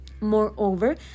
Moreover